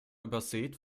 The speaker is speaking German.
übersät